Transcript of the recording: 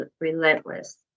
relentless